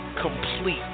complete